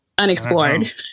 Unexplored